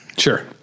sure